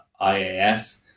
IAS